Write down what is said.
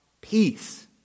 peace